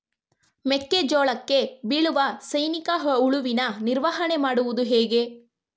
ಮೆಕ್ಕೆ ಜೋಳಕ್ಕೆ ಬೀಳುವ ಸೈನಿಕ ಹುಳುವಿನ ನಿರ್ವಹಣೆ ಮಾಡುವುದು ಹೇಗೆ?